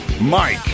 Mike